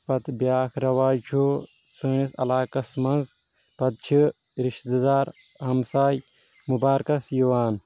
پتہٕ بیاکھ رٮ۪واج چھُ سٲنس علاقس منٛز تتہِ چھِ رشتہٕ دار ہمساے مُبارکَس یِوان